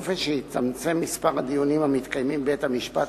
באופן שיצמצם את מספר הדיונים המתקיימים בבית-המשפט